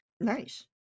Nice